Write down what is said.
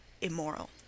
immoral